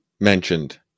mentioned